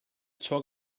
talk